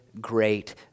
great